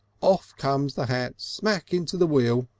off comes the hat smack into the wheel.